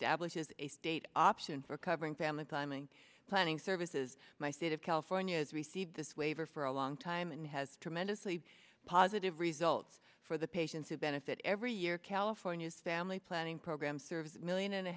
is a state option for covering family climbing planning services my state of california has received this waiver for a long time and has tremendously positive results for the patients who benefit every year california's family planning program serves million and a